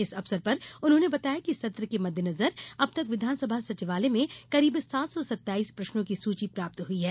इस अवसर पर उन्होंने बताया कि सत्र के मद्देनजर अब तक विधानसभा सचिवालय में करीब सात सौ सत्ताइस प्रश्नों की सूचनायें प्राप्त हुई हैं